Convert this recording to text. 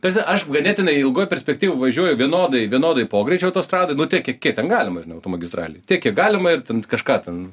ta prasme aišku ganėtinai ilgoj perspektyvoj važiuoju vienodai vienodai pogreičiu autostradoj nu tiek kiek ten galima automagistralėj tiek kiek galima ir ten kažką ten